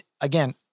again